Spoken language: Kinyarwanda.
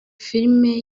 filime